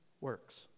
Works